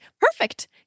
perfect